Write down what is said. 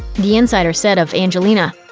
the insider said of angelina,